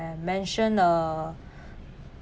mentioned uh